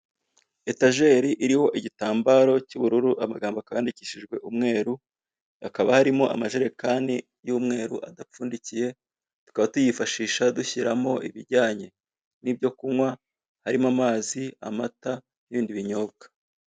Etajeri iriho igitambaro cy'ubururu amagambo akaba yandikishijwe umweru, hakaba harimo amajerekani y'umweru adapfundikiye, tukaba tuyifashisha dushyiramo ibijyanye n'ibyo kunywa harimo amazi, amata n'ibindi binyobwa.